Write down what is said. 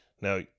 Now